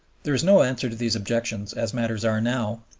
there is no answer to these objections as matters are now.